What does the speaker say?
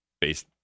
based